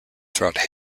throughout